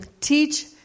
teach